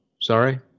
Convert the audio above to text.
sorry